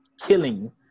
killing